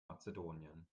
mazedonien